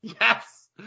Yes